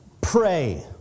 Pray